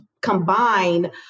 combine